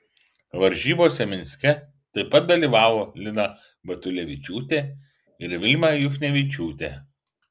varžybose minske taip pat dalyvavo lina batulevičiūtė ir vilma juchnevičiūtė